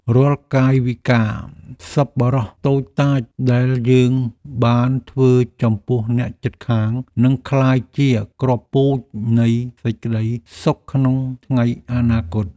រាល់កាយវិការសប្បុរសតូចតាចដែលយើងបានធ្វើចំពោះអ្នកជិតខាងនឹងក្លាយជាគ្រាប់ពូជនៃសេចក្តីសុខក្នុងថ្ងៃអនាគត។